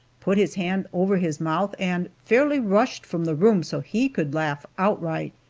put his hand over his mouth and fairly rushed from the room so he could laugh outright.